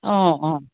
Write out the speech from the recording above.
অঁ অঁ